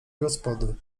gospody